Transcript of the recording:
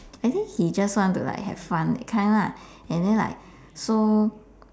I think he just want to like have fun that kind lah and then like so